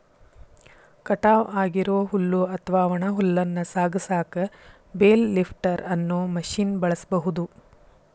ಕಟಾವ್ ಆಗಿರೋ ಹುಲ್ಲು ಅತ್ವಾ ಒಣ ಹುಲ್ಲನ್ನ ಸಾಗಸಾಕ ಬೇಲ್ ಲಿಫ್ಟರ್ ಅನ್ನೋ ಮಷೇನ್ ಬಳಸ್ಬಹುದು